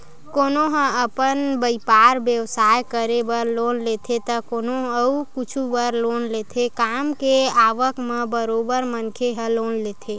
कोनो ह अपन बइपार बेवसाय करे बर लोन लेथे त कोनो अउ कुछु बर लोन लेथे काम के आवक म बरोबर मनखे ह लोन लेथे